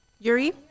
Yuri